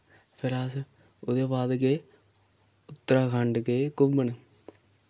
फिर अस उ'दे बाद गे उत्तराखंड गे घुम्मन